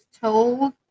told